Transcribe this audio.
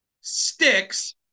Sticks